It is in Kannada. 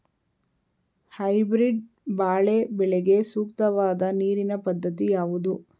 ಹೈಬ್ರೀಡ್ ಬಾಳೆ ಬೆಳೆಗೆ ಸೂಕ್ತವಾದ ನೀರಿನ ಪದ್ಧತಿ ಯಾವುದು?